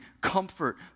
comfort